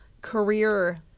career